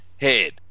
head